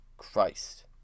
Christ